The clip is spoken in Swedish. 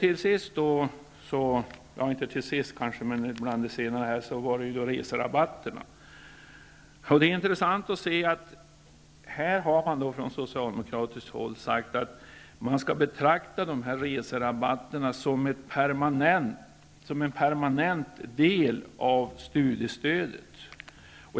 I fråga om reserabatterna är det intressant att se att man från socialdemokratiskt håll har sagt att man skall betrakta reserabatterna som en permanent del av studiestödet.